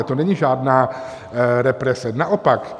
To není žádná represe, naopak.